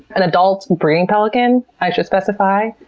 and adult breeding pelicans, i should specify,